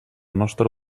nostra